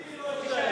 אחמד טיבי לא יישאר.